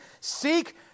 Seek